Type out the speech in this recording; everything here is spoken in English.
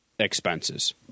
Expenses